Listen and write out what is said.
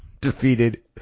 defeated